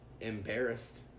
embarrassed